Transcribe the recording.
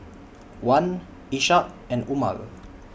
Wan Ishak and Umar